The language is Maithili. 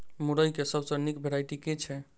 मुरई केँ सबसँ निक वैरायटी केँ छै?